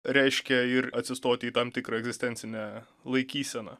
reiškia ir atsistoti į tam tikrą egzistencinę laikyseną